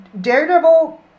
Daredevil